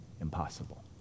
impossible